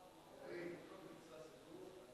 כמו רבים מחברינו בכנסת,